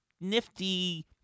nifty